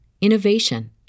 innovation